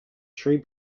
tree